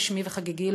רשמי וחגיגי,